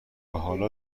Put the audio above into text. حالا